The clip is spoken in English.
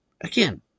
again